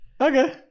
okay